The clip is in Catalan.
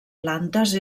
plantes